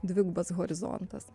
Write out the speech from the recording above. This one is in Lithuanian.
dvigubas horizontas